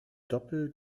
doppel